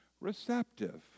receptive